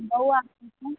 बौआके चप्पल